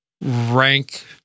rank